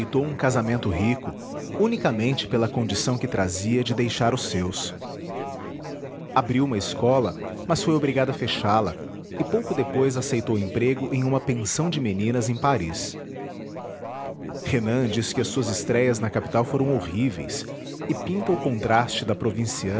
rejeitou um casamento rico unicamente pela condição que trazia de deixar os seus abriu uma escola mas foi obrigada a fechá la e pouco depois aceitou emprego em uma pensão de meninas em paris renan diz que as suas estréias na capital foram horríveis e pinta o contraste da